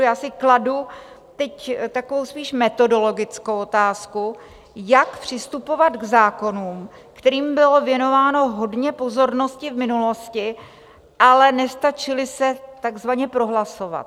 Já si kladu teď takovou spíš metodologickou otázku, jak přistupovat k zákonům, kterým bylo věnováno hodně pozornosti v minulosti, ale nestačily se takzvaně prohlasovat.